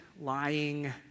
lying